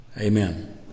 Amen